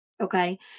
okay